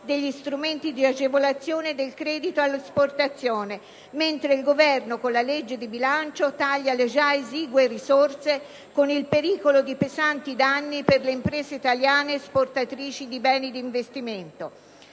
degli strumenti di agevolazione del credito all'esportazione, mentre il Governo con la legge di bilancio taglia le già esigue risorse, con il pericolo di pesanti danni per le imprese italiane esportatrici di beni di investimento.